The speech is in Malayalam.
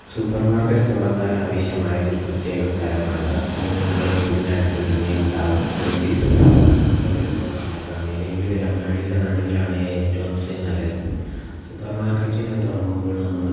സൂപ്പർ മാർക്കറ്റ് തുടങ്ങാൻ ആവശ്യമായതൊരു പ്രത്യേക സ്ഥലമാണ് ആ സ്ഥലം ഞങ്ങളെ വീടിനടുത്തു തന്നെ ഉണ്ടാവും അല്ലെങ്കിൽ നമ്മൾ പൈസ കൊടുത്ത് വാങ്ങേണ്ടതാണ് ഏതെങ്കിലും ഒരു അങ്ങാടിയുടെ നടുവിലാണേൽ ഏറ്റവും അത്രയും നല്ലത് സൂപ്പർമാർക്കറ്റീന്നത് തുടങ്ങുമ്പോൾ നമ്മൾ